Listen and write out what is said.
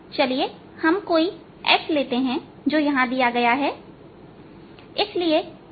चलिए हम कोई S लेते हैंजो यहां दिया गया है